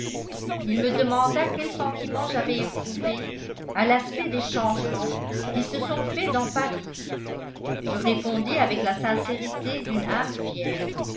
il me demanda quel sentiment j'avais éprouvé à l'aspect des changements qui se sont faits dans paris je répondis avec la sincérité d'une âme fière